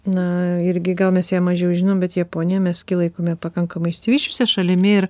na irgi gal mes ją mažiau žinom bet japoniją mes laikome pakankamai išsivysčiusia šalimi ir